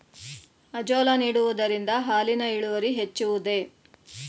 Azolla ನೀಡುವುದರಿಂದ ಹಾಲಿನ ಇಳುವರಿ ಹೆಚ್ಚುವುದೇ?